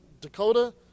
dakota